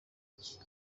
iki